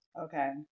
okay